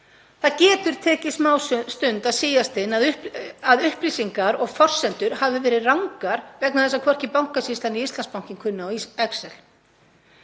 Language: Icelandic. Það getur tekið smástund að síast inn að upplýsingar og forsendur hafi verið rangar vegna þess að hvorki Bankasýslan né Íslandsbanki kunnu á excel.